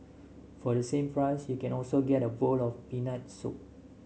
for the same price you can also get a bowl of peanuts soup